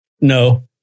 No